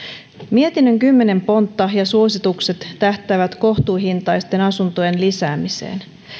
mietinnön kymmenen pontta ja suositukset tähtäävät kohtuuhintaisten asuntojen lisäämiseen